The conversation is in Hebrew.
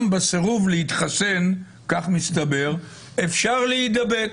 גם בסירוב להתחסן, כך מסתבר, אפשר להידבק.